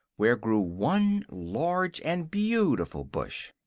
where grew one large and beautiful bush.